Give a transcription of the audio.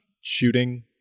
shooting